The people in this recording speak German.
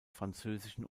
französischen